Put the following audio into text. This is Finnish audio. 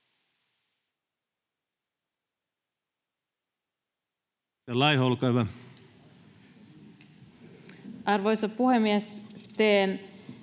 Arvoisa puhemies! Teen